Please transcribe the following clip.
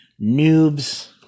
noobs